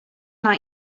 are